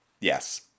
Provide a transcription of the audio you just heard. yes